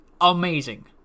Amazing